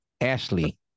Ashley